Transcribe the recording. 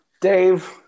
Dave